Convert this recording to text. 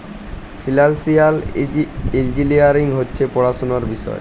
financial engineering হছে পড়াশুলার বিষয়